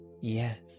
Yes